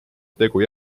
tegu